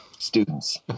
students